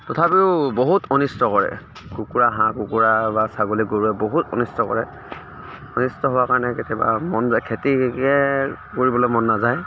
তথাপিও বহুত অনিষ্ট কৰে কুকৰা হাঁহ কুকুৰা বা ছাগলী গৰুৱে বহুত অনিষ্ট কৰে অনিষ্ট হোৱাৰ কাৰণে কেতিয়াবা মন যায় খেতিকে কৰিবলৈ মন নাযায়